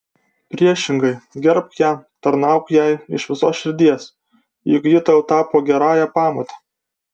priešingai gerbk ją tarnauk jai iš visos širdies juk ji tau tapo gerąja pamote